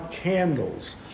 candles